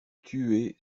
tuer